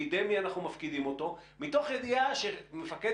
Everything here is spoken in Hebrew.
בידי מי אנחנו מפקידים אותו מתוך ידיעה שמפקד